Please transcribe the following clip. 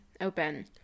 open